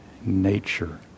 nature